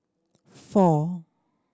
four